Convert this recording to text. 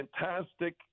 fantastic